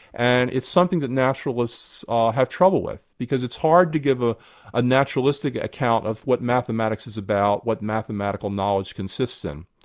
and it's something that naturalists have trouble with, because it's hard to give a ah naturalistic account of what mathematics is about, what mathematical knowledge consists in.